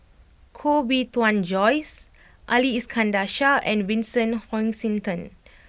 Koh Bee Tuan Joyce Ali Iskandar Shah and Vincent Hoisington